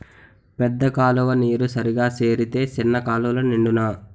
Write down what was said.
పెద్ద కాలువ నీరు సరిగా సేరితే సిన్న కాలువలు నిండునా